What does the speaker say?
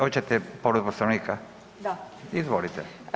Hoćete povredu Poslovnika? [[Upadica: Da.]] Izvolite.